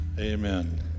Amen